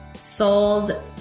sold